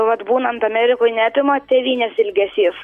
vat būnant amerikoj neapima tėvynės ilgesys